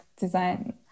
design